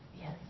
Yes